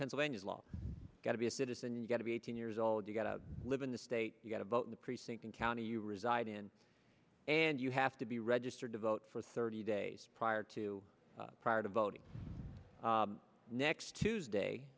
pennsylvania's law got to be a citizen you got to be eighteen years old you got to live in the state you got a vote in the precinct in county you reside in and you have to be registered to vote for thirty days prior to prior to voting next tuesday